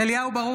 (קוראת בשם חבר הכנסת) אליהו ברוכי,